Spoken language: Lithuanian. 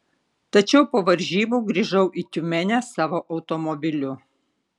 tačiau po varžybų grįžau į tiumenę savo automobiliu